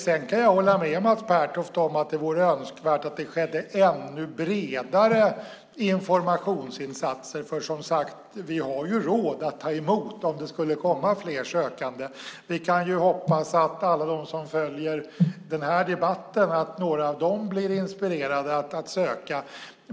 Sedan kan jag hålla med Mats Pertoft om att det vore önskvärt med ännu bredare informationsinsatser. Vi har ju som sagt råd att ta emot om det skulle komma fler sökande. Vi kan ju hoppas att några av alla dem som följer den här debatten blir inspirerade att söka.